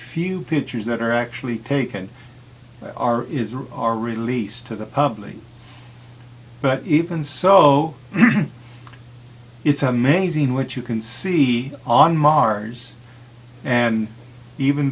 few pictures that are actually taken our are released to the public but even so it's amazing what you can see on mars and even